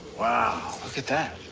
wow, look at that.